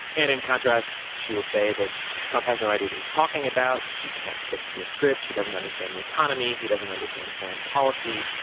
and in contrast she'll say that trump has no idea what he's talking about, he can't stick to a script, he doesn't understand the economy, he doesn't understand foreign policy,